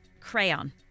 crayon